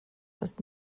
was